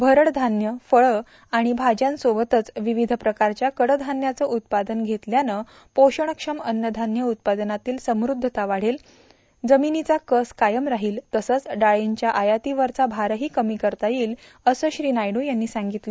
भरड धान्य फळं आणि भाज्यांसोबतच विविध प्रकारच्या कडधान्यांचं उत्पादन घेतल्यानं पोषणक्षम अन्नधान्य उत्पादनांतली समृद्धता वाढेल जमिनीचा कस कायम राहिल तसंच डाळींच्या आयातीवरचा भारही कमी करता येईल असं श्री नायड्र यांनी सांगितलं